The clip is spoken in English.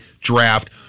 draft